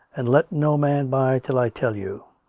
and let no man by till i tell you.